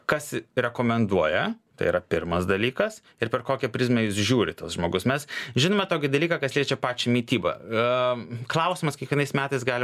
kas rekomenduoja tai yra pirmas dalykas ir per kokią prizmę jis žiūri tas žmogus mes žinome tokį dalyką kas liečia pačią mitybą a klausimas kiekvienais metais gali